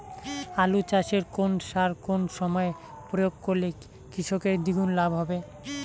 আলু চাষে কোন সার কোন সময়ে প্রয়োগ করলে কৃষকের দ্বিগুণ লাভ হবে?